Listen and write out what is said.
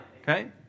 Okay